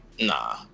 nah